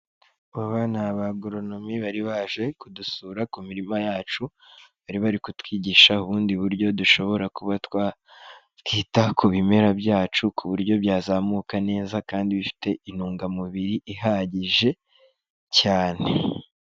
Aba ni aba agoronomi bari baje kudusura ku mirima yacu bari bari kutwigisha ubundi buryo dushobora kuba twakita ku bimera byacu ku buryo byazamuka neza kandi bifite intungamubiri ihagije cyane.